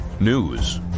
news